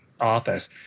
office